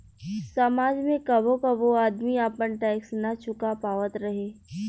समाज में कबो कबो आदमी आपन टैक्स ना चूका पावत रहे